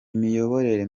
imiyoborere